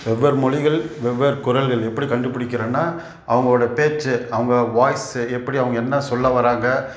வெவ்வேறு மொழிகள் வெவ்வேறு குரல்கள் எப்படி கண்டுபுடிக்கிறேன்னா அவங்களோட பேச்சு அவங்க வாய்ஸ்ஸு எப்படி அவங்க என்ன சொல்ல வர்றாங்க